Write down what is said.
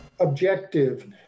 objective